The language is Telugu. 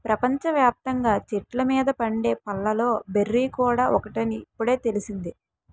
ప్రపంచ వ్యాప్తంగా చెట్ల మీద పండే పళ్ళలో బెర్రీ కూడా ఒకటని ఇప్పుడే తెలిసింది